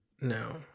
No